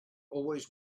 always